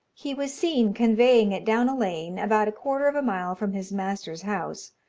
he was seen conveying it down a lane, about a quarter of a mile from his master's house,